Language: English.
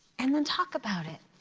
and then talk about it.